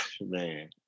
man